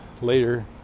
later